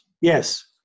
Yes